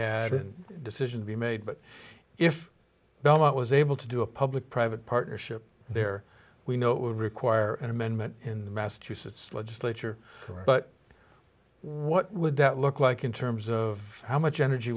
had and decisions be made but if belmont was able to do a public private partnership there we know it would require an amendment in the massachusetts legislature but what would that look like in terms of how much energy